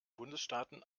bundesstaaten